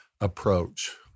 Approach